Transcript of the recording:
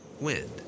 Wind